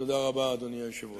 תודה רבה, אדוני היושב-ראש.